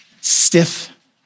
stiff